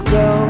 go